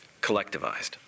Collectivized